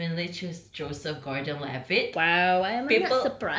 I would definitely choose joseph gordon levitt